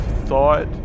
thought